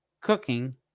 cooking